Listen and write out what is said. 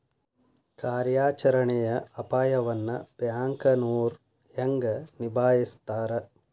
ಕಾರ್ಯಾಚರಣೆಯ ಅಪಾಯವನ್ನ ಬ್ಯಾಂಕನೋರ್ ಹೆಂಗ ನಿಭಾಯಸ್ತಾರ